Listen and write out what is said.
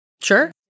Sure